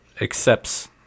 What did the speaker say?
accepts